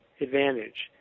advantage